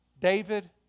David